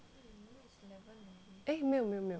诶没有没有没有